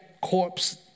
corpse